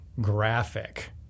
graphic